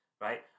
right